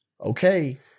Okay